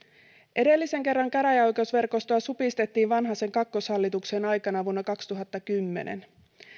edellisen kerran käräjäoikeusverkostoa supistettiin vanhasen kakkoshallituksen aikana vuonna kaksituhattakymmenen